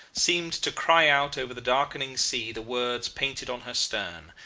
seemed to cry out over the darkening sea the words painted on her stern,